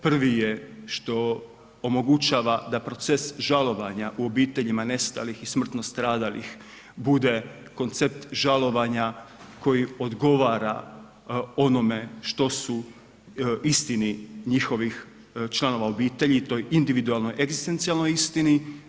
Prvi je što omogućava da proces žalovanja u obiteljima nestalih i smrtno stradalih bude koncept žalovanja koji odgovara onome što su istini njihovih članova obitelji toj individualnoj egzistencijalnoj istini.